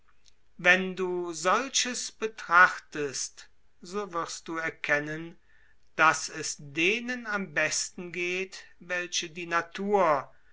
wenn du solches betrachtest so wirst du erkennen daß es denen am besten geht welche die natur